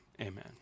Amen